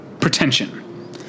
pretension